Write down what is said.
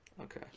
Okay